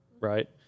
right